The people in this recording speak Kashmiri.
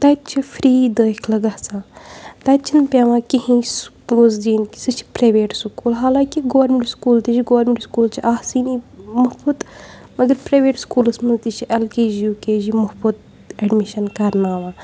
تَتہِ چھِ فری دٲخلہٕ گَژھان تَتہِ چھِنہٕ پیٚوان کِہیٖنۍ پونسہٕ دِنۍ سُہ چھِ پرٛیٚویٹ سکوٗل حالانٛکہِ گورمٮ۪نٛٹ سکوٗل تہِ چھِ گورمٮ۪نٛٹ سکوٗل چھِ آسٲنی مُفُت مگر پرٛیٚویٹ سکوٗلَس منٛز تہِ چھِ L K G U K G مُفُت اٮ۪ڈمِشَن کَرناوان